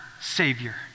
savior